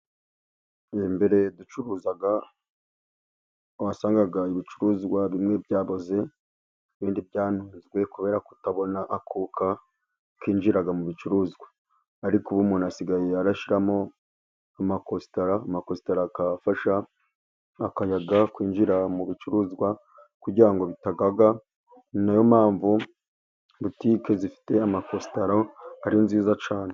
Mbere ducuruza wasangaga ibicuruzwa bimwe byaboze, ibindi byamunzwe kubera kutabona akuka kinjiraga mu bicurizwa, ariko ubu umuntu asigaye ashyiramo amakositara. Amakositara akaba afasha akayaga kwinjira mu bicuruzwa kugira ngo bitagaga, ni nayo mpamvu butike zifite amakositara ari nziza cyane.